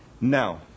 Now